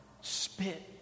spit